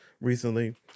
recently